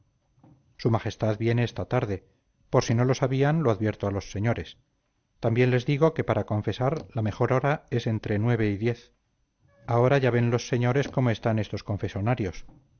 su majestad viene esta tarde por si no lo sabían lo advierto a los señores también les digo que para confesar la mejor hora es entre nueve y diez ahora ya ven los señores cómo están estos confesonarios